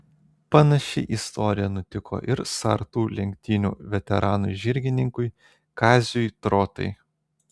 panaši istorija nutiko ir sartų lenktynių veteranui žirgininkui kaziui trotai